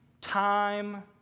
time